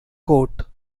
court